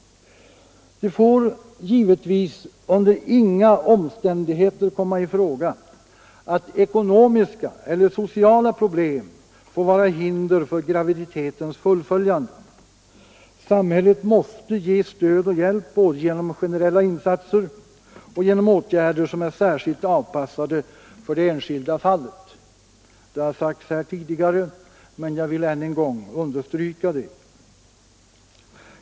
Det får givetvis under inga omständigheter komma i fråga att ekonomiska eller sociala problem skall vara hinder för graviditetens fullföljande. Samhället måste ge stöd och hjälp både genom generella insatser och genom åtgärder som är särskilt avpassade för det enskilda fallet. Det har sagts här tidigare, men jag vill ännu en gång understryka det.